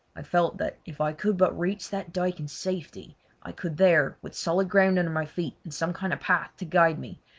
i felt that if i could but reach that dyke in safety i could there, with solid ground under my feet and some kind of path to guide me,